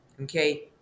okay